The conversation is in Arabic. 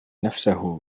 نفسه